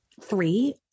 three